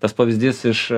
tas pavyzdys iš